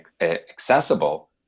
accessible